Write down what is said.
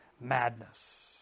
madness